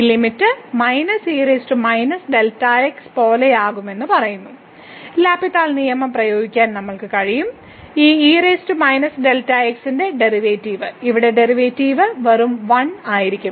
ഈ ലിമിറ്റ് പോലെയാകുമെന്ന് പറയുന്ന ലാപിതാൾ നിയമം L'Hospital rule പ്രയോഗിക്കാൻ നമ്മൾക്ക് കഴിയും ഈ ന്റെ ഡെറിവേറ്റീവ് ഇവിടെ ഡെറിവേറ്റീവ് വെറും 1 ആയിരിക്കും